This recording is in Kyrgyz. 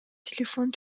телефон